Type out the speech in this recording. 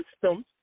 systems